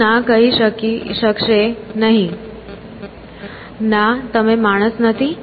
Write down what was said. હું ના કહી શકશે નહીં ના તમે માણસ નથી